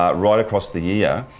um right across the year.